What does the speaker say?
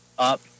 Up